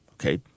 Okay